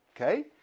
okay